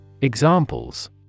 Examples